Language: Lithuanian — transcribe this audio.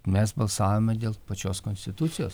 mes balsavome dėl pačios konstitucijos